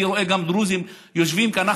אני רואה גם דרוזים שיושבים כאן,